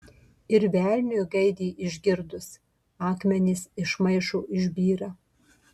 ir velniui gaidį išgirdus akmenys iš maišo išbyra